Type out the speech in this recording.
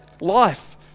life